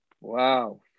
Wow